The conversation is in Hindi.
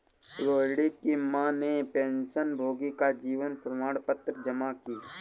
रोहिणी की माँ ने पेंशनभोगी का जीवन प्रमाण पत्र जमा की